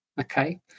Okay